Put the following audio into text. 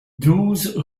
douze